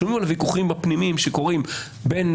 שומעים על הוויכוחים הפנימיים שקורים בין